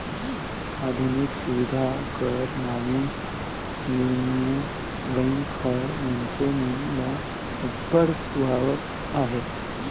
आधुनिक सुबिधा कर नावें युनियन बेंक हर मइनसे मन ल अब्बड़ सुहावत अहे